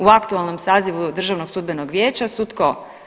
U aktualnom sazivu Državnog sudbenog vijeća su tko?